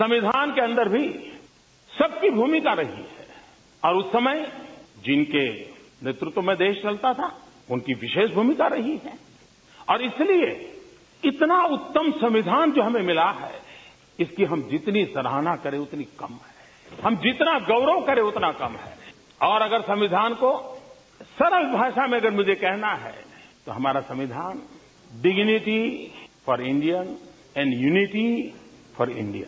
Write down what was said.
संविधान के अंदर भी सबकी भूमिका रही है और उस समय जिनके नेतृत्व में देश चलता था उनकी विशेष भूमिका रही है और इसलिए इतना उत्तम संविधान जो हमें मिला हैं इसकी हम जितनी सराहना करें उतनी कम है हम जितना गौरव करें उतना कम हैं और अगर संविधान को सरल भाषा में अगर मुझे कहना है तो हमारा संविधान dignity for Indian and unity for India